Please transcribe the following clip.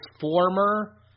former